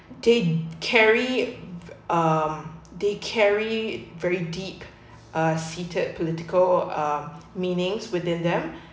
they carry um they carry very deep uh seated political uh meanings within them